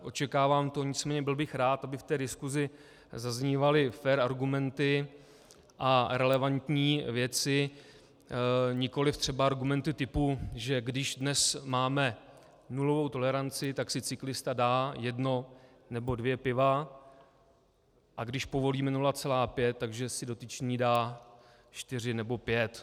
Očekávám to, nicméně byl bych rád, aby v té diskusi zaznívaly fér argumenty a relevantní věci, nikoliv třeba argumenty typu, že když dnes máme nulovou toleranci, tak si cyklista dá jedno nebo dvě piva, a když povolíme 0,5, tak že si dotyčný dá čtyři nebo pět.